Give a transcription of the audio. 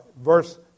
Verse